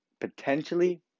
potentially